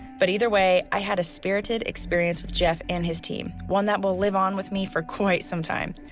but either way i had a spirited experience with jeff and his team, one that will live on with me for quite some time.